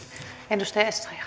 arvoisa rouva